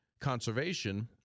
conservation